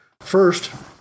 First